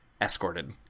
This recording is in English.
escorted